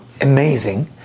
amazing